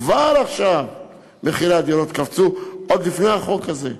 כבר עכשיו מחירי הדירות קפצו, עוד לפני החוק הזה,